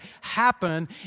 happen